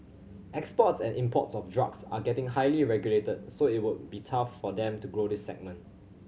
exports and imports of drugs are getting highly regulated so it would be tough for them to grow this segment